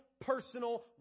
personal